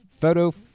photo